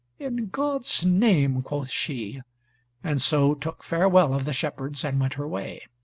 in god's name, quoth she and so took farewell of the shepherds, and went her way.